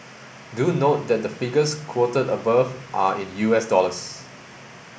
do note that the figures quoted above are in U S dollars